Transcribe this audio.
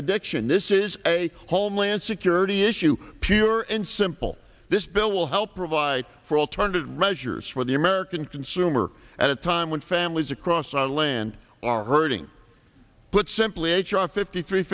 addiction this is a homeland security issue pure and simple this bill will help provide for alternative measures for the american consumer at a time when families across our land are hurting put simply h r fifty three